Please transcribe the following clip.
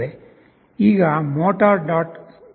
ಈಗ motor